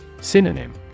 Synonym